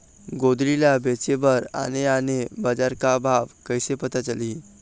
गोंदली ला बेचे बर आने आने बजार का भाव कइसे पता चलही?